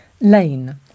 Lane